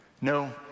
No